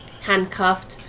handcuffed